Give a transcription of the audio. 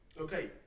Okay